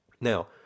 Now